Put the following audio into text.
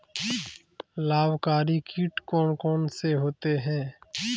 लाभकारी कीट कौन कौन से होते हैं?